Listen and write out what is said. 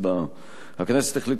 חוק ומשפט כהצעה